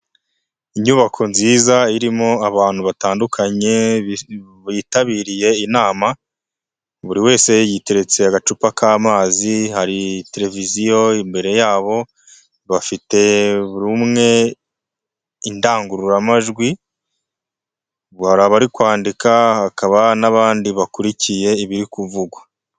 Inyubako nziza irimo abantu batandukanye bitabiriye inama, buri wese yiteretse agacupa k'amazi, hari televiziyo imbere yabo bafite buri umwe indangururamajwi, hari abari kwandika hakaba n'abandi bakurikiye ibiri kuvugwa.